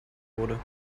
wurde